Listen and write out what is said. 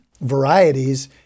varieties